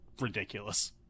ridiculous